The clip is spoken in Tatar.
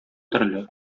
төрле